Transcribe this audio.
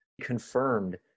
confirmed